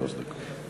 שלוש דקות.